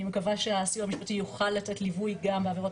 אני מקווה שהסיוע המשפטי יוכל לתת סיוע גם בעבירות